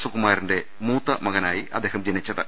സുകുമാരന്റെ മൂത്ത മകനായി അദ്ദേഹം ജനിച്ചത്